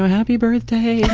happy birthday. yeah